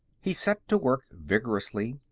he set to work vigorously.